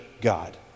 God